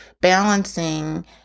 balancing